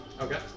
Okay